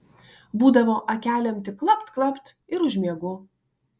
būdavo akelėm tik klapt klapt ir užmiegu